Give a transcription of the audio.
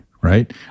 right